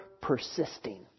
persisting